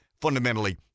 fundamentally